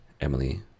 emily